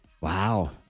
Wow